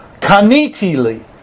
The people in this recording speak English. Kanitili